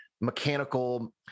mechanical